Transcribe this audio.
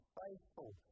faithful